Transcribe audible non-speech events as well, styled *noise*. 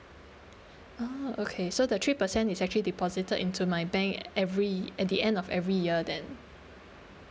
*breath* oh okay so the three percent is actually deposited into my bank every at the end of every year then